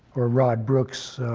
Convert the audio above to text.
or rod brooks